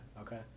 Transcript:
okay